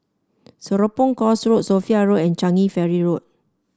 Serapong Course Road Sophia Road and Changi Ferry Road